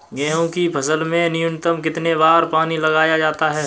गेहूँ की फसल में न्यूनतम कितने बार पानी लगाया जाता है?